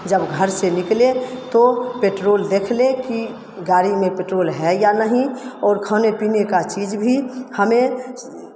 जब घर से निकलें तो पेट्रोल देख लें कि गाड़ी में पेट्रोल है या नहीं और खाने पीने का चीज़ भी हमें